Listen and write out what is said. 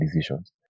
decisions